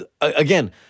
again